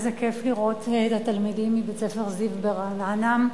איזה כיף לראות את התלמידים מבית-ספר "זיו" ברעננה.